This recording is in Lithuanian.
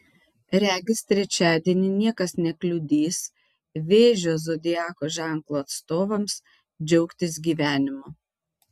regis trečiadienį niekas nekliudys vėžio zodiako ženklo atstovams džiaugtis gyvenimu